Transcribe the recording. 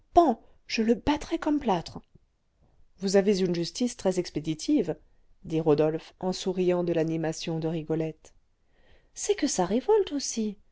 je le battrais comme plâtre vous avez une justice très expéditive dit rodolphe en souriant de l'animation de rigolette c'est que ça révolte aussi